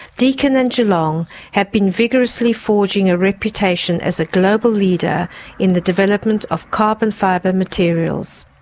deakin and geelong have been vigorously forging a reputation as a global leader in the development of carbon fibre materials.